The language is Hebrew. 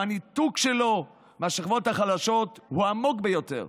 והניתוק שלו מהשכבות החלשות הוא עמוק ביותר.